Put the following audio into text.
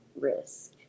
risk